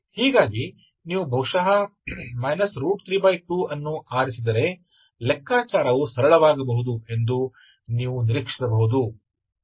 ಹೀಗಾಗಿ ನೀವು ಬಹುಶಃ 32 ಅನ್ನು ಆರಿಸಿದರೆ ಲೆಕ್ಕಾಚಾರವು ಸರಳವಾಗಬಹುದು ಎಂದು ನೀವು ನಿರೀಕ್ಷಿಸಬಹುದು